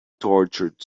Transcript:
tortured